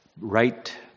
Right